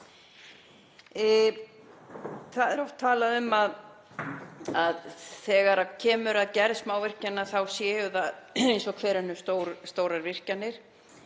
Það er oft talað um að þegar kemur að gerð smávirkjana þá séu þær eins og hverjar aðrar stórar virkjanir